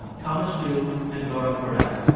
thomas lu and laura kwerel